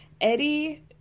eddie